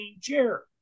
chair